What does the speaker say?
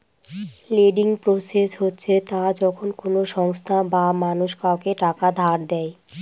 lending process হচ্ছে তা যখন কোনো সংস্থা বা মানুষ কাউকে টাকা ধার দেয়